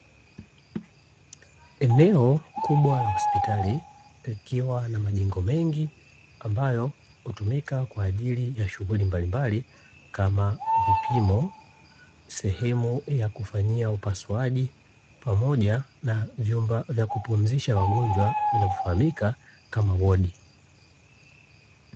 Eneo kubwa la hospitali likiwa na majengo mengi ambayo hutumika kwa ajili ya shughuli mbalimbali kama vipimo, sehemu ya kufanyia upasuaji pamoja na vyumba vya kupumzisha wagonjwa vinavyofahamika kama wodi.